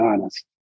honest